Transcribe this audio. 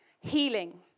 healing